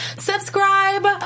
subscribe